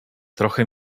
trochę